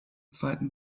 zweiten